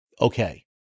Okay